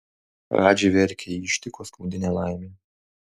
radži verkia jį ištiko skaudi nelaimė